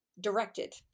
directed